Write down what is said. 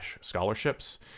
scholarships